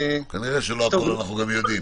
-- כנראה שלא הכול אנחנו יודעים.